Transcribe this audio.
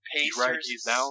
Pacers